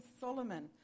Solomon